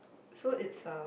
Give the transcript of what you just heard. so it's a